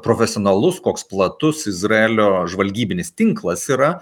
profesionalus koks platus izraelio žvalgybinis tinklas yra